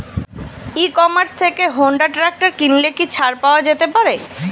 ই commerce থেকে Honda tractor কিনলে কি ছাড় পাওয়া যেতে পারে?